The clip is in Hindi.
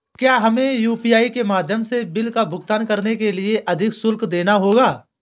क्या हमें यू.पी.आई के माध्यम से बिल का भुगतान करने के लिए अधिक शुल्क देना होगा?